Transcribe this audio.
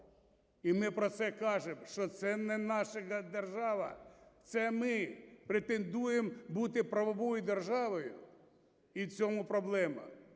І ми про це кажемо, що це не наша держава, це ми претендуємо бути правовою державою, і в цьому проблема.